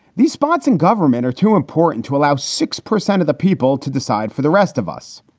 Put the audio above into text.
these spots in government are too important to allow six percent of the people to decide for the rest of us.